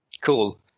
Cool